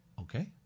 okay